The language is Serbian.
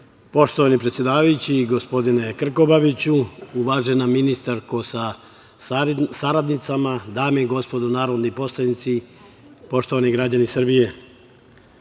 predsedavajući gospodine Krkobabiću, uvažena ministarko sa saradnicama, dame i gospodo narodni poslanici, poštovani građani Srbije,